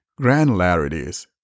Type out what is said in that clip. granularities